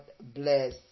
bless